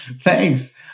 Thanks